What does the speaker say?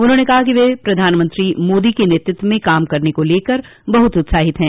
उन्होंने कहा कि वह प्रधानमंत्री मोदी के नेतृत्व में काम करने को लेकर बहुत उत्साहित है